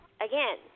again